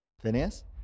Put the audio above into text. Phineas